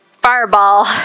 fireball